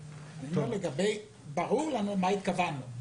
ברור לנו למה התכוונו,